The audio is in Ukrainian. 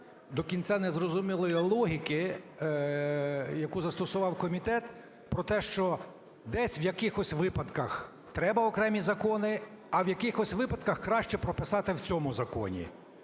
до кінця не зрозумілої логіки, яку застосував комітет, про те, що десь у якихось випадках треба окремі закони, а в якихось випадках краще прописати в цьому законі.